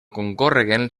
concórreguen